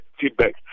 feedback